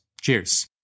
Cheers